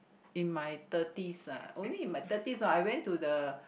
in my thirties ah only in my thirties ah I went to the